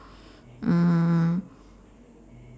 mm